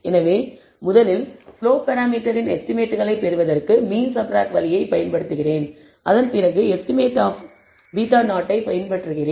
எனவே முதலில் ஸ்லோப் பராமீட்டரின் எஸ்டிமேட்களைப் பெறுவதற்கு மீன் சப்ராக்ட் வழியைப் பயன்படுத்துகிறேன் அதன் பிறகு எஸ்டிமேஷன் ஆப் β0 ஐ பின்பற்றுகிறேன்